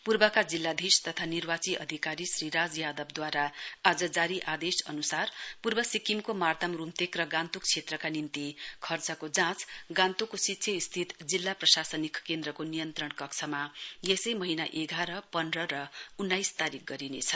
पूर्वका जिल्लाधीश तथा निर्वाची अधिकारी श्री राज यादवद्वारा आज जारी आदेश अनुसार पूर्व सिक्किमको मार्तम रूम्तेक र गान्तोक क्षेत्रका निम्ति खर्चको जाँच गान्तोकको सिच्छेस्थित प्रासनिक केन्द्रको नियन्त्रण कक्षमा यसै महिना एघार पन्ध्र र उन्नाइस तारीक गरिनेछ